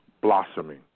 blossoming